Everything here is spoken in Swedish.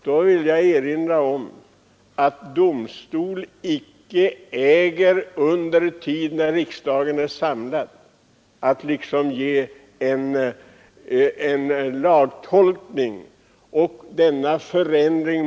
En ändring av sådan lag måste göras enligt de regler som gäller för grundlagsändring.